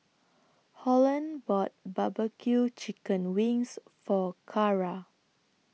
Holland bought Barbecue Chicken Wings For Cara